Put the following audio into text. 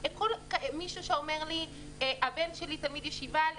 כל מיני דברים שהם עבירה על